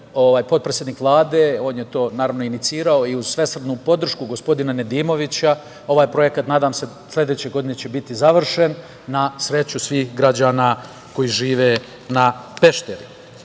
potpredsednik Vlade. On je to inicirao i uz svesrdnu podršku gospodina Nedimovića ovaj projekat će, nadam se, sledeće godine biti završen, na sreću svih građana koji žive na Pešteru.U